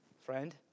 Friend